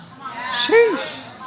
Sheesh